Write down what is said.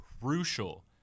crucial